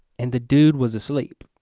and the dude was asleep.